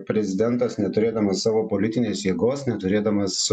prezidentas neturėdamas savo politinės jėgos neturėdamas